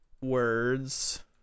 words